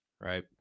right